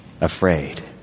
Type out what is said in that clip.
afraid